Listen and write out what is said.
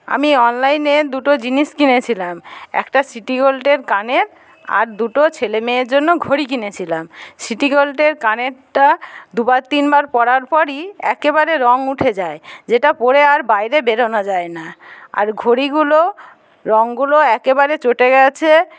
আমি অনলাইনে দুটো জিনিস কিনেছিলাম একটা সিটিগোল্ডের কানের আর দুটো ছেলে মেয়ের জন্য ঘড়ি কিনেছিলাম সিটিগোল্ডের কানেরটা দুবার তিনবার পরার পরই একেবারে রং উঠে যায় যেটা পরে আর বাইরে বেরোনো যায় না আর ঘড়িগুলো রংগুলো একেবারে চোটে গেছে